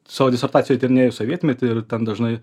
savo disertacijoj tyrinėju sovietmetį ir ten dažnai